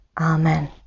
amen